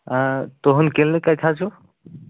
آ تُہُنٛد کِلِنک کَتہِ حظ چھُ